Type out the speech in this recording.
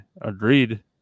agreed